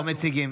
לא מציגים.